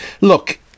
look